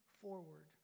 forward